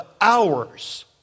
hours